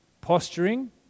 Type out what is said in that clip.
posturing